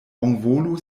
bonvolu